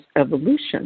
evolution